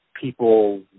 people